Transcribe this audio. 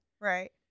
Right